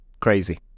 crazy